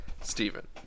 Stephen